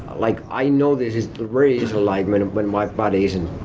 like i know this is the reason like but and when my body isn't,